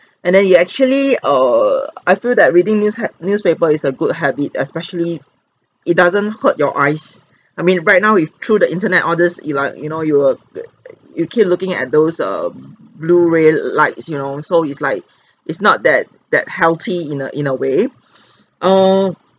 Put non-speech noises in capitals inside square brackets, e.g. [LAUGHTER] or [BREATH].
and then you actually err I feel that reading news hab~ newspaper is a good habit especially it doesn't hurt your eyes I mean right now if through the internet all this you like you know you will g~ e~ you keep looking at those err blue ray lights you know so it's like [BREATH] it's not that that healthy in a in a way [BREATH] err